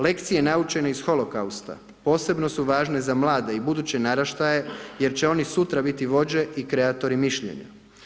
Lekcije naučene iz holokausta, posebno su važne za mlade i buduće naraštaje, jer će one sutra biti vođe i kreatori mišljenja.